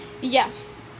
yes